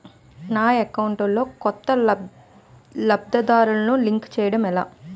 నా అకౌంట్ లో కొత్త లబ్ధిదారులను లింక్ చేయటం ఎలా?